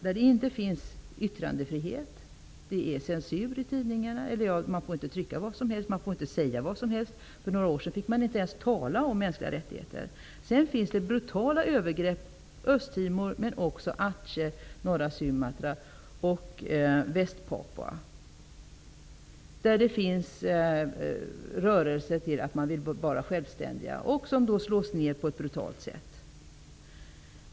Det finns inte någon yttrandefrihet, det råder censur för tidningar, man får inte trycka eller säga vad som helst. För några år sedan fick man inte ens tala om mänskliga rättigheter. Brutala övergrepp sker på Östtimor, Aceh, norra Sumatra och Västpapua. Där finns rörelser som agerar för självständighet men som slås ned på ett brutalt sätt.